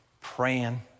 praying